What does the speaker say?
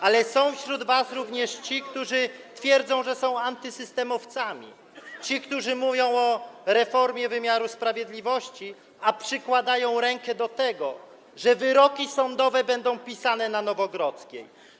Ale są wśród was również ci, którzy twierdzą, że są antysystemowcami, ci, którzy mówią o reformie wymiaru sprawiedliwości, a przykładają rękę do tego, że wyroki sądowe będą pisane na Nowogrodzkiej.